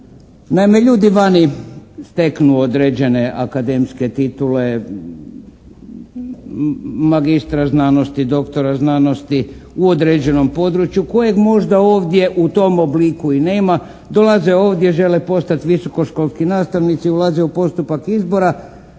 Naime, ljudi vani steknu određene akademske titule – magistra znanosti, doktora znanosti u određenom području kojeg možda ovdje u tom obliku i nema. Dolaze ovdje, žele postati visokoškolski nastavnici, ulaze u postupak izbora.